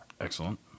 Excellent